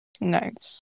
nice